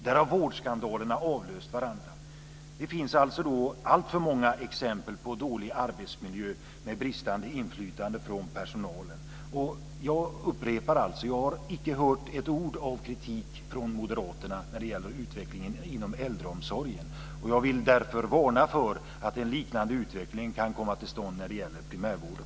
Där har vårdskandalerna avlöst varandra. Det finns alltför många exempel på dålig arbetsmiljö, med bristande inflytande för personalen. Jag upprepar: Jag har icke hört ett ord av kritik från Moderaterna när det gäller utvecklingen inom äldreomsorgen. Jag vill därför varna för att en liknande utveckling kan komma till stånd när det gäller primärvården.